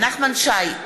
נחמן שי,